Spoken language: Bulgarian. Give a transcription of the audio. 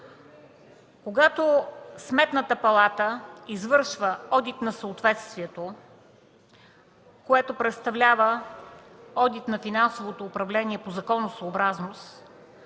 Когато Сметната палата извършва одит на съответствието, което представлява одит на финансовото управление по законосъобразност,